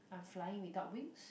I am flying without wings